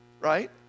Right